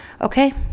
okay